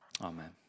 Amen